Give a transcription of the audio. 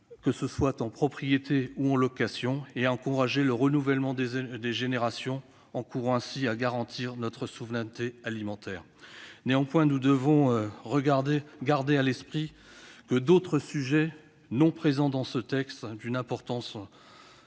que ce soit en propriété ou en location, et à encourager le renouvellement des générations, concourant ainsi à garantir notre souveraineté alimentaire. Néanmoins, nous devons garder à l'esprit que d'autres sujets non présents dans ce texte, d'une importance